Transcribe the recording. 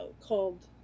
called